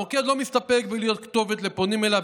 המוקד לא מסתפק בלהיות כתובת לפונים אליו,